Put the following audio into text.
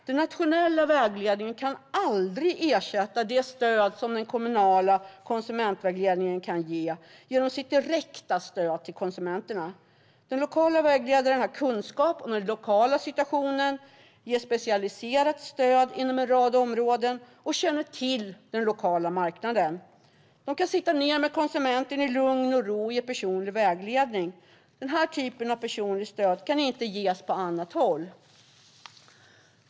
Den nationella vägledningen kan aldrig ersätta det stöd som den kommunala konsumentvägledningen kan ge genom sitt direkta stöd till konsumenterna. Den lokala vägledaren har kunskap om den lokala situationen, ger specialiserat stöd inom en rad områden och känner till den lokala marknaden. De kan sitta ned med konsumenten i lugn och ro och ge personlig vägledning. Den typen av personligt stöd kan inte ges på annat håll.